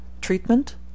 Treatment